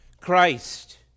Christ